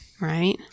Right